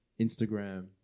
Instagram